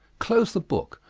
close the book,